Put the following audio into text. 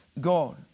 God